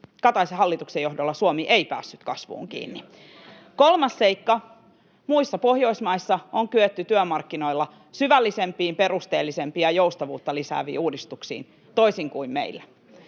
Kataisen hallituksen johdolla Suomi ei päässyt kasvuun kiinni. [Kai Mykkäsen välihuuto] Kolmas seikka: Muissa Pohjoismaissa on kyetty työmarkkinoilla syvällisempiin, perusteellisempiin ja joustavuutta lisääviin uudistuksiin — toisin kuin meillä.